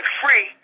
free